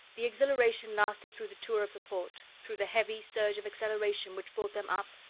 the exhilaration lasted through the tour of the port, through the heavy surge of acceleration which brought them up,